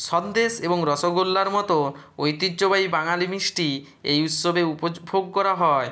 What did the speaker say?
সন্দেশ এবং রসগোল্লার মতো ঐতিহ্যবাহী বাঙালি মিষ্টি এই উৎসবে উপভোগ করা হয়